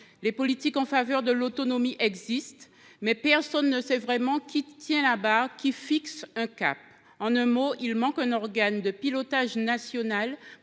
les politiques en faveur de l’autonomie existent, mais personne ne sait vraiment qui tient la barre et fixe le cap. En un mot, il manque un organe de pilotage national